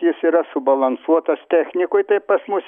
jis yra subalansuotas technikoj taip pas mus